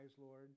Lord